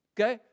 Okay